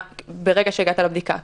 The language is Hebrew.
ברגע שהגעת לבדיקה.